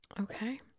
Okay